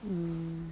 mm